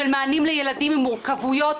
של מענים לילדים עם מורכבויות.